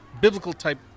biblical-type